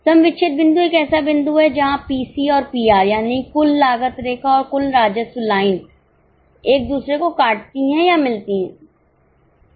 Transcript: सम विच्छेद बिंदु एक ऐसा बिंदु है जहां पीसी और पीआर यानी कुल लागत रेखा और कुल राजस्व लाइन एक दूसरे को काटती है या मिलती है